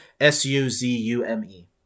S-U-Z-U-M-E